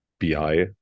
BI